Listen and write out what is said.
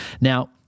Now